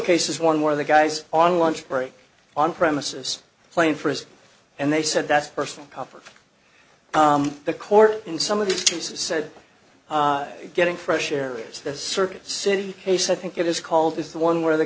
case is one where the guys on lunch break on premises playing first and they said that's personal property the court in some of these two said getting fresh air is this circuit city case i think it is called is the one where the